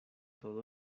todo